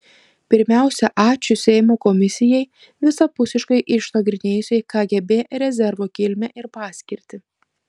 pirmiausia ačiū seimo komisijai visapusiškai išnagrinėjusiai kgb rezervo kilmę ir paskirtį